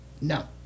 No